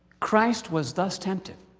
christ was thus tempted.